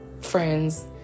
friends